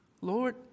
Lord